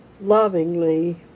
lovingly